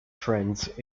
trends